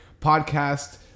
podcast